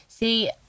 See